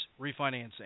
refinancing